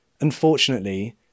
Unfortunately